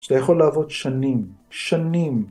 שאתה יכול לעבוד שנים, שנים.